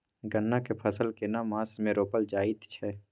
गन्ना के फसल केना मास मे रोपल जायत छै?